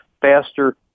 faster